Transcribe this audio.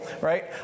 right